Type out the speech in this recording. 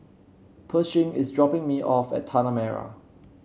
Pershing is dropping me off at Tanah Merah